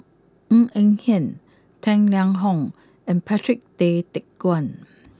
Ng Eng Hen Tang Liang Hong and Patrick Tay Teck Guan